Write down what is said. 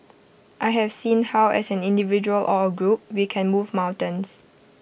I have seen how as an individual or A group we can move mountains